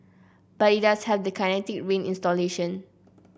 but it does have the Kinetic Rain installation